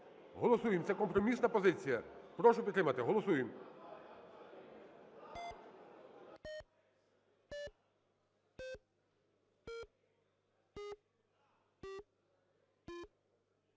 голосуємо, це компромісна позиція, прошу підтримати, голосуємо.